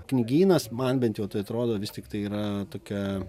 knygynas man bent jau tai atrodo vis tiktai yra tokia